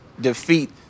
defeat